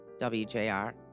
WJR